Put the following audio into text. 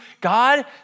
God